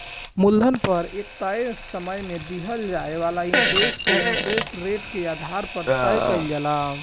मूलधन पर एक तय समय में दिहल जाए वाला इंटरेस्ट के इंटरेस्ट रेट के आधार पर तय कईल जाला